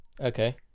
okay